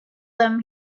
him